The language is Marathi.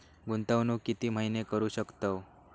गुंतवणूक किती महिने करू शकतव?